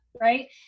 right